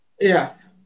Yes